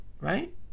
right